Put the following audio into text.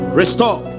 restore